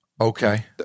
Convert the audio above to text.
okay